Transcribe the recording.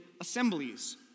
assemblies